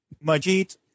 Majid